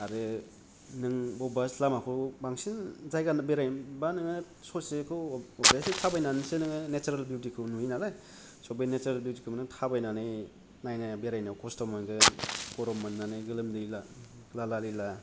आरो नों बबबा लामाखौ बांसिन जायगा बेरायनोबा नोङो ससेखौ अबे अबिआसलि थाबायनानै नोङो नेसारेल बिउतिखौ नुयो नालाय स' बे नेसारेल बिउतिखौ थाबायनानै नायनाय बेरायनायाव खस्थ' मोनगोन गरम मोननानै गोलोमदै ला लाला लिला